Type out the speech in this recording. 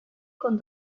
con